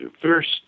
first